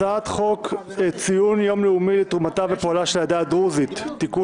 הצעת חוק ציון יום לאומי לתרומתה ולפועלה של העדה הדרוזית (תיקון,